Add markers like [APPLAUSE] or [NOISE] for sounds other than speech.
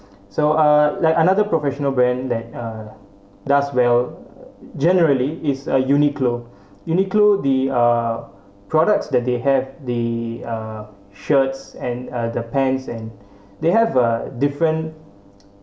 [BREATH] so uh like another professional brand that uh does well generally is uh Uniqlo [BREATH] Uniqlo the uh products that they have they uh shirts and uh the pants and [BREATH] they have a different